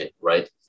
right